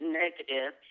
negative